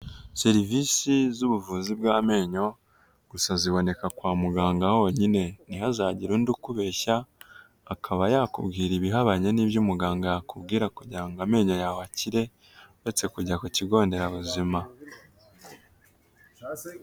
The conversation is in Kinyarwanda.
Serivisi z'ubuvuzi bw'amenyo, gusa ziboneka kwa muganga honyine, ntihazagire undi ukubeshya akaba yakubwira ibihabanye n'ibyo umuganga yakubwira kugirango amenyo yawe akire, uretse kujya ku kigo nderabuzima.